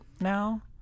now